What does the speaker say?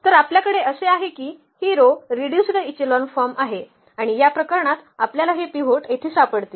तर आपल्याकडे असे आहे की ही रो रिड्युस्ड इचेलॉन फॉर्म आहे आणि या प्रकरणात आपल्याला हे पिव्होट येथे सापडतील